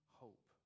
hope